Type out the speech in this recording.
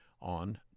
on